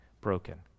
broken